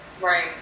right